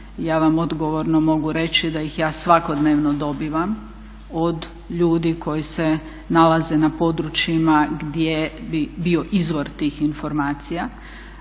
ja vam odgovorno mogu reći da ih ja svakodnevno dobivam od ljudi koji se nalaze na područjima gdje bi bio izvor tih informacija.